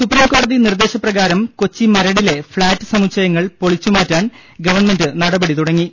സുപ്രീംകോടതി നിർദേശ പ്രകാരം കൊച്ചി മരടിലെ ഫ്ളാറ്റ് സമുച്ചയങ്ങൾ പൊളിച്ചുമാറ്റാൻ ഗവൺമെന്റ് നടപടി തുടങ്ങി